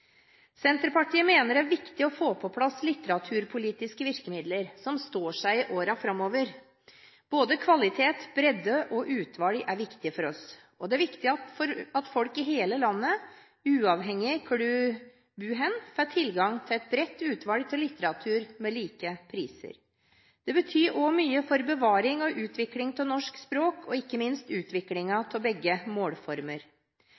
Senterpartiet mener det er viktig å få på plass litteraturpolitiske virkemidler som står seg i årene framover. Både kvalitet, bredde og utvalg er viktig for oss, og det er viktig at folk i hele landet – uavhengig av hvor en bor – får tilgang til et bredt utvalg av litteratur, med like priser. Det betyr også mye for bevaring og utvikling av norsk språk og ikke minst